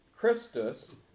Christus